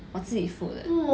我自己付的